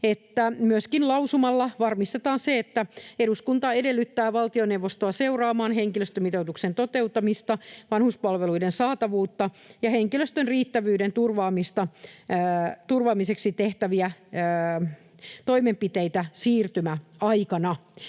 myöskin lausumalla varmistetaan se, että eduskunta edellyttää valtioneuvostoa seuraamaan henkilöstömitoituksen toteuttamista, vanhuspalveluiden saatavuutta ja henkilöstön riittävyyden turvaamiseksi tehtäviä toimenpiteitä siirtymäaikana.